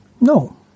No